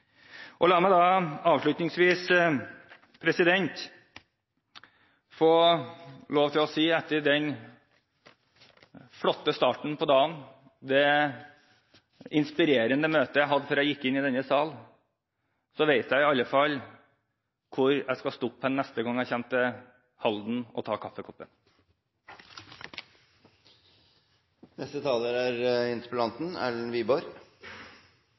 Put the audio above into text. La meg avslutningsvis få lov til å si at etter den flotte starten på dagen, det inspirerende møtet jeg hadde før jeg gikk inn i denne sal, så vet jeg i alle fall hvor jeg skal stoppe og ta kaffekoppen neste gang jeg kommer til Halden. Neste taler er interpellanten, representanten Erlend Wiborg.